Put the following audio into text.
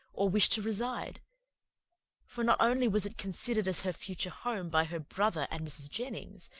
or wish to reside for not only was it considered as her future home by her brother and mrs. jennings,